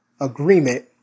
agreement